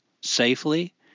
safely